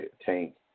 tank